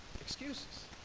excuses